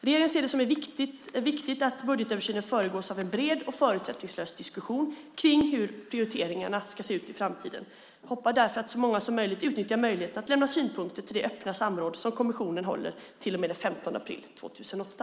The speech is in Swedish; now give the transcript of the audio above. Regeringen ser det som viktigt att budgetöversynen föregås av en bred och förutsättningslös diskussion kring hur prioriteringarna ska se ut i framtiden. Jag hoppas därför att så många som möjligt utnyttjar möjligheten att lämna synpunkter vid det öppna samråd som kommissionen håller till och med den 15 april 2008.